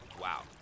Wow